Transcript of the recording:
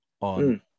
on